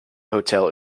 hotel